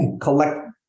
collect